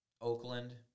Oakland